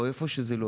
איפה שזה לא